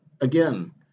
again